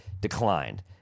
declined